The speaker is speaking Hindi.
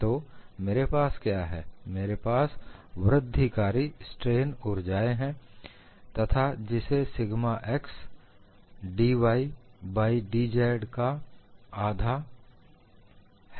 तो मेरे पास क्या है मेरे पास वृद्धिकारी स्ट्रेन ऊर्जाएं हैं तथा जिसे sigma x 'dy' by 'dz' का 12 one half of sigma x 'dy' by 'dz' है